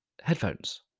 headphones